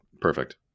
Perfect